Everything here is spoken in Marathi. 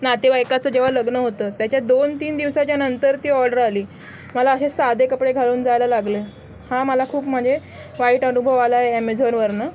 नातेवाईकाचं जेव्हा लग्न होतं त्याच्या दोनतीन दिवसाच्या नंतर ती ऑर्डर आली मला असे साधे कपडे घालून जायला लागले हा मला खूप म्हणजे वाईट अनुभव आला आहे ॲमेझॉनवरनं